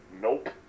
nope